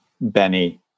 Benny